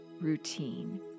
routine